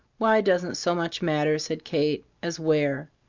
why doesn't so much matter, said kate, as where.